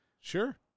Sure